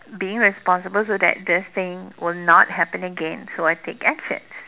being responsible so that this thing will not happen again so I take actions